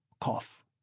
Cough